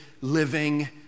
living